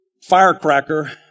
firecracker